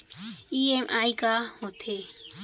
EMI का होथे?